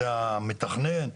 זה המתכנן?